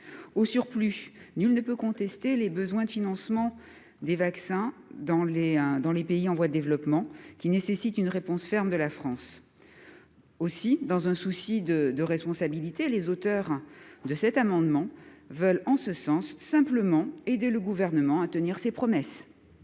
Au surplus, nul ne peut contester les besoins de financement des vaccins dans les pays en voie de développement, qui nécessitent une réponse ferme de la France. Aussi, dans un souci de responsabilité, les auteurs de cet amendement veulent simplement aider le Gouvernement à tenir ses promesses.